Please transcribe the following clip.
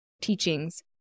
teachings